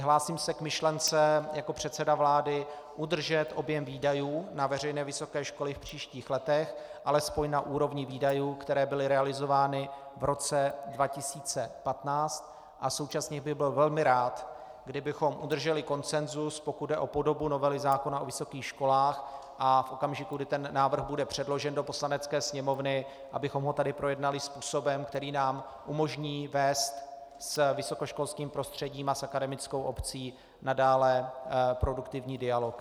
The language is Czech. Hlásím se jako předseda vlády k myšlence udržet objem výdajů na veřejné vysoké školy v příštích letech alespoň na úrovni výdajů, které byly realizovány v roce 2015, a současně bych byl velmi rád, kdybychom udrželi konsenzus, pokud jde o podobu novely zákona o vysokých školách, a v okamžiku, kdy ten návrh bude předložen do Poslanecké sněmovny, abychom ho tady projednali způsobem, který nám umožní vést s vysokoškolským prostředím a s akademickou obcí nadále produktivní dialog.